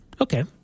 Okay